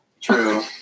true